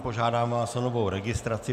Požádám vás o novou registraci.